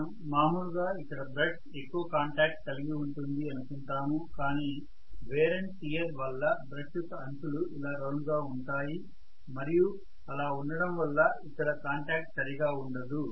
మనం మాములుగా ఇక్కడ బ్రష్ ఎక్కువ కాంటాక్ట్ కలిగి ఉంటుంది అనుకుంటాము కానీ వేర్ అండ్ టెర్ వల్ల బ్రష్ యొక్క అంచులు ఇలా రౌండ్ గా ఉంటాయి మరియు అలా ఉండడం వల్ల ఇక్కడ కాంటాక్ట్ సరిగా ఉండదు